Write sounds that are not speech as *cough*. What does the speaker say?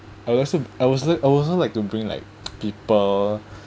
I would also I would also I would also like to bring like *noise* people *breath*